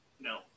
No